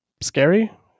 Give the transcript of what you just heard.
scary